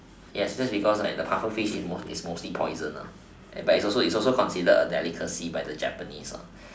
yes that's because like the pufferfish is mostly a poison lah but it is considered a delicacy to the japanese